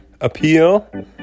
appeal